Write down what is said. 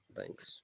thanks